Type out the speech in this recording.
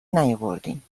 نیاوردیم